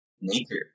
nature